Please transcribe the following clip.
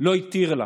לא התיר לה.